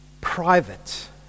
private